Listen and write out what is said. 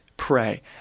pray